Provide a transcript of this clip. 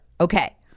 Okay